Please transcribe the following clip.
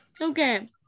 okay